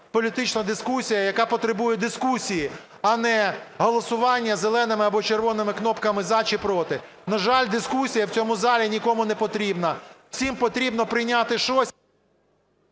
політична дискусія, яка потребує дискусії, а не голосування зеленими або червоними кнопками "за" чи "проти". На жаль, дискусія в цьому залі нікому не потрібна. Всім потрібно прийняти щось...